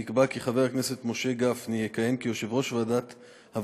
נקבע כי חבר הכנסת משה גפני יכהן כיושב-ראש הוועדה